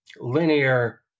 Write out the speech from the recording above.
linear